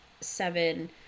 Seven